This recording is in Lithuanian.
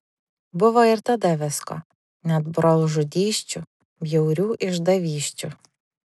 buvo ir tada visko net brolžudysčių bjaurių išdavysčių